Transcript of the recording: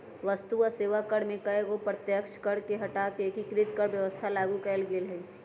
वस्तु आ सेवा कर में कयगो अप्रत्यक्ष कर के हटा कऽ एकीकृत कर व्यवस्था लागू कयल गेल हई